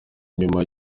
nyuma